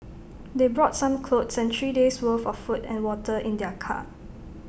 they brought some clothes and three days' worth of food and water in their car